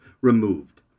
removed